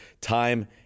time